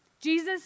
Jesus